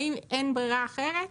האם אין ברירה אחרת?